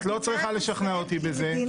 -- את לא צריכה לשכנע אותי בזה,